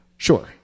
Sure